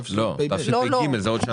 לא, תשפ"ג זה עוד שנה.